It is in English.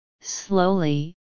slowly